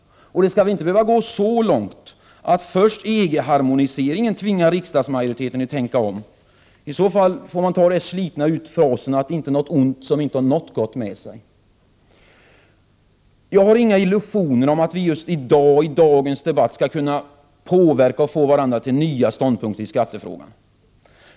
Det skall väl inte behöva gå så långt att först EG-harmoniseringen tvingar riksdagsmajoriteten att tänka om. I så fall får man ta till den slitna frasen Inget ont som inte har något gott med sig. Jag har inga illusioner om att vi i dagens debatt skall kunna påverka varandra till nya ståndpunkter i skattefrågan.